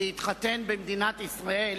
להתחתן במדינת ישראל